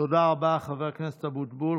תודה רבה, חבר הכנסת אבוטבול.